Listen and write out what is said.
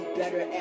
better